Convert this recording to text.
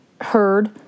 heard